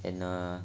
and uh